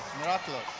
Miraculous